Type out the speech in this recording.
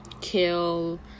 kill